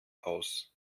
aus